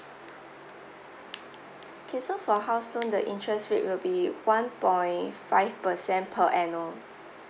okay so for house loan the interest rate will be one point five percent per annum